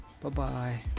Bye-bye